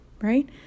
right